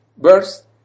verse